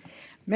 de la